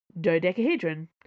Dodecahedron